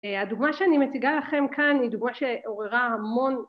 הדוגמה שאני מציגה לכם כאן היא דוגמה שעוררה המון